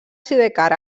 sidecar